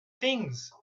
things